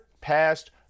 passed